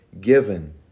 given